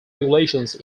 regulations